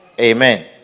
Amen